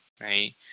right